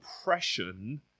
oppression